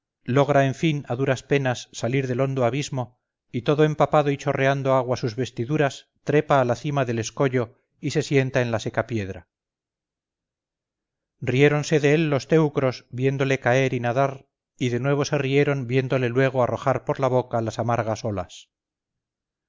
logra en fin a duras penas salir del hondo abismo y todo empapado y chorreando agua sus vestiduras trepa a la cima del escollo y se sienta en la seca piedra riéronse de él los teucros viéndole caer y nadar y de nuevo se rieron viéndole luego arrojar por la boca las amargas olas